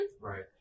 Right